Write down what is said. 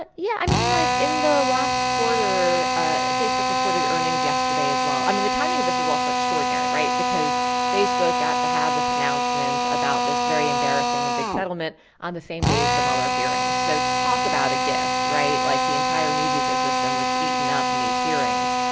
but yeah. i mean, like, in the last quarter ah facebook reported earnings yesterday, as well. i mean, the timing of this was also extraordinary right? because facebook got to have this announcement about this very embarrassing and big settlement on the same day as the mueller hearing. so talk about a gift, right? like, the entire news ecosystem was eaten up in these hearings.